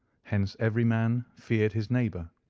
hence every man feared his neighbour,